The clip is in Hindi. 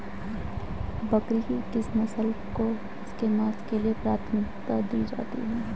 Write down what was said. बकरी की किस नस्ल को इसके मांस के लिए प्राथमिकता दी जाती है?